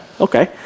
Okay